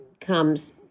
comes